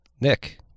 nick